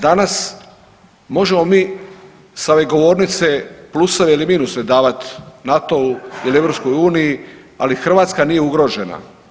Danas možemo mi sa ove govornice pluseve ili minuse davati NATO-u ili EU ali Hrvatska nije ugrožena.